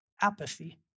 apathy